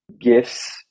gifts